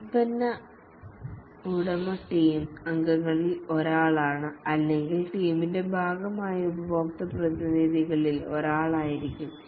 ഉൽപ്പന്ന ഉടമ ടീം അംഗങ്ങളിൽ ഒരാളാണ് അല്ലെങ്കിൽ ടീമിന്റെ ഭാഗമായ ഉപഭോക്തൃ പ്രതിനിധികളിൽ ഒരാളായിരിക്കാം